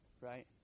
right